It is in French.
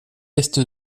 est